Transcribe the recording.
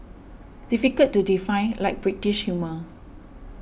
difficult to define like British humour